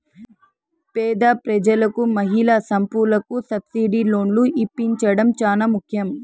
పేద ప్రజలకు మహిళా సంఘాలకు సబ్సిడీ లోన్లు ఇప్పించడం చానా ముఖ్యం